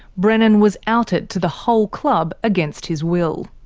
brennan was outed to the whole club against his will.